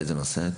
באיזה נושא?